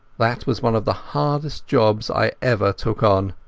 that was one of the hardest jobs i ever took on.